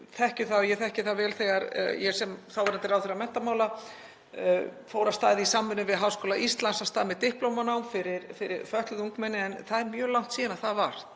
það og ég þekki það vel þegar ég sem þáverandi ráðherra menntamála fór af stað í samvinnu við Háskóla Íslands með diplómanám fyrir fötluð ungmenni, en það er mjög langt síðan það var.